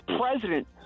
president